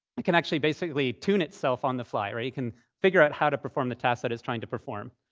it can actually basically tune itself on the fly, or it can figure out how to perform the task that it's trying to perform.